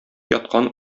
яткан